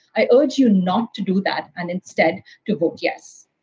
i urge you not to do that and instead to vote yes.